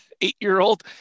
eight-year-old